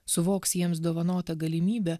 suvoks jiems dovanotą galimybę